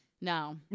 No